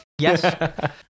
yes